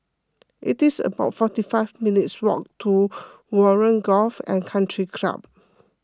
it's about forty five minutes' walk to Warren Golf and Country Club